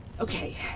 Okay